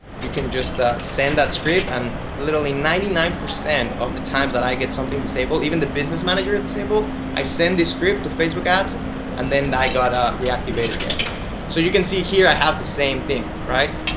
you can just send that script and literally ninety nine percent of the times that i get something disabled even the business manager is disabled i send this script to facebook ads and then i got ah we activated again so you can see here. i have the same thing, right?